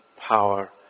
power